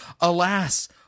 Alas